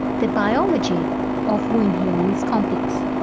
the biology of wound healing is complex.